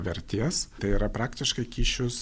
vertės tai yra praktiškai kyšius